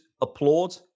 applaud